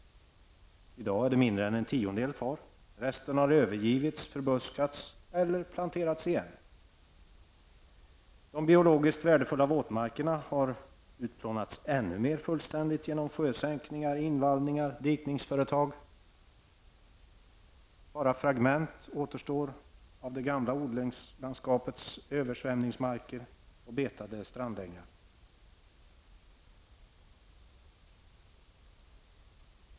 I dag är det mindre än en tiondel kvar. Resten har övergivits, förbuskats eller planterats igen. De biologiskt värdefulla våtmarkerna har utplånats ännu mer fullständigt genom sjösänkningar, invallningar och dikningsföretag. Bara fragment återstår av det gamla odlingslandskapets översvämmningsmarker och betade strandängar.